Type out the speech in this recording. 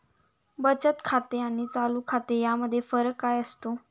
बचत खाते आणि चालू खाते यामध्ये फरक काय असतो?